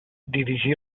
dirigí